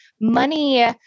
money